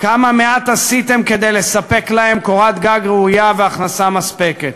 כמה מעט עשיתם כדי לספק להם קורת גג ראויה והכנסה מספקת.